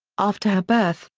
after her birth,